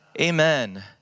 amen